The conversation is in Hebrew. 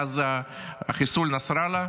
מאז חיסול נסראללה?